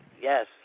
yes